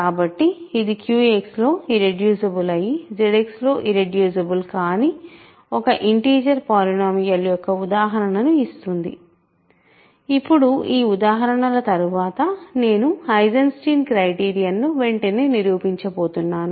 కాబట్టి ఇది QX లో ఇర్రెడ్యూసిబుల్ అయి ZX లో ఇర్రెడ్యూసిబుల్ కాని ఒక ఇంటిజర్ పాలినోమియల్ యొక్క ఉదాహరణను ఇస్తుంది ఇప్పుడు ఈ ఉదాహరణల తరువాత నేను ఐసెన్స్టీన్ క్రైటీరియన్ ను వెంటనే నిరూపించబోతున్నాను